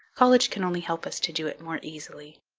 college can only help us to do it more easily.